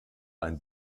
ein